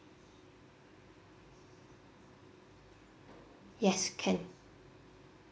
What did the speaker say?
yes can